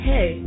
Hey